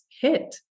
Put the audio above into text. hit